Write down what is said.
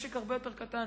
משק הרבה יותר קטן,